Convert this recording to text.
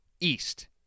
east